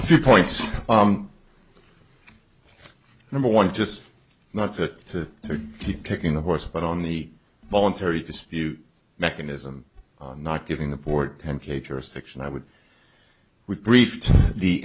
a few points number one just not to keep picking the horse but on the voluntary dispute mechanism not giving the port ten k jurisdiction i would we briefed the